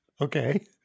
Okay